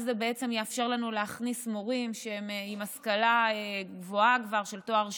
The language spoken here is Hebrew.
זה בעצם יאפשר לנו להכניס מורים עם השכלה גבוהה כבר של תואר שני,